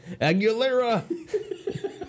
aguilera